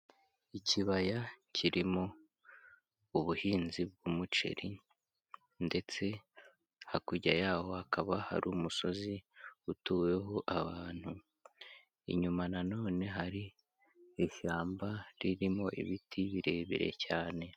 Ikibaya kirimo ubuhinzi bw'umuceri ndetse hakurya yaho hakaba hari umusozi utuweho abantu, inyuma na none hari ishyamba ririmo ibiti birebire cyane.